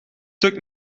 stuk